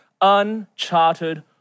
uncharted